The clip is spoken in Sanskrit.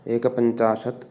एकपञ्चाशत्